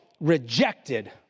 rejected